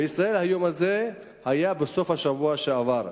בישראל היום הזה היה בסוף השבוע שעבר.